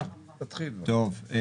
טוב,